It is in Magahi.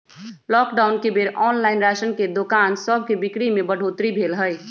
लॉकडाउन के बेर ऑनलाइन राशन के दोकान सभके बिक्री में बढ़ोतरी भेल हइ